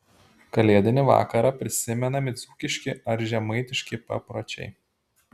kalėdinį vakarą prisimenami dzūkiški ar žemaitiški papročiai